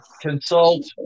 consult